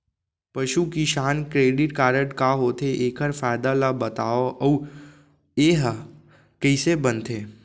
पसु किसान credit card का होथे, एखर फायदा ला बतावव अऊ एहा कइसे बनथे?